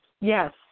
Yes